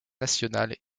nationale